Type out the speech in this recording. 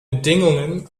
bedingungen